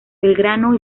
belgrano